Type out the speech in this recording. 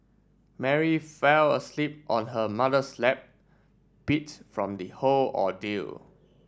Mary fell asleep on her mother's lap beats from the whole ordeal